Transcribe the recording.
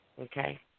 Okay